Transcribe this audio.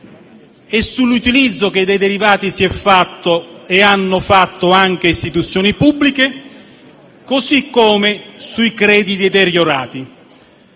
e sull'utilizzo che dei derivati si è fatto e hanno fatto anche istituzioni pubbliche, così come sui crediti deteriorati.